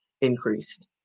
increased